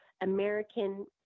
American